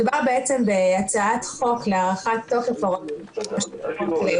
מדובר בהצעת חוק להארכת תוקף הוראות השעה של חוק